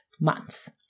months